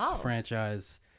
franchise